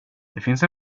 finns